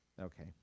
Okay